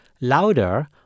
louder